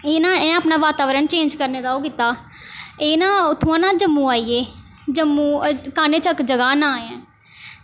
एह् ना इ'नें ना अपना वातावरण चेंज करने दा ओह् कीता एह् ना उत्थुआं ना जम्मू आई गे जम्मू कानाचक्क जगह दा नांऽ ऐ